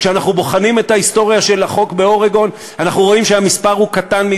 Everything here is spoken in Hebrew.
כשאנחנו בוחנים את ההיסטוריה של החוק באורגון אנחנו רואים שהמספר קטן,